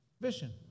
vision